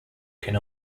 can